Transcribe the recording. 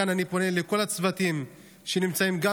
מכאן אני פונה לכל הצוותים שנמצאים גם